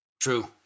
True